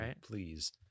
please